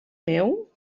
meu